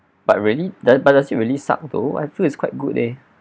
but really but does it really suck though I feel it's quite good leh